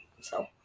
so-